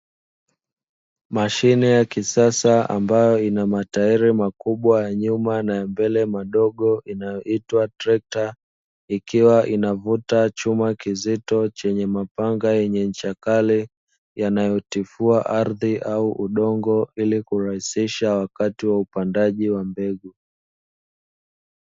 Mashine ya kisasa ambayo ina matairi makubwa ya nyuma na ya mbele madogo inayoitwa trekta, ikiwa inavuta chuma kizito chenye mapanga yenye ncha kali yanayotifua ardhi au udongo, ili kurahisisha wakati wa upandaji wa mbegu.